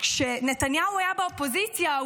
כשנתניהו היה באופוזיציה,